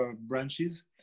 branches